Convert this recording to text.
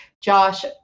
Josh